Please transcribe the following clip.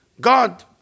God